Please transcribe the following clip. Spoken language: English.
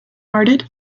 hearted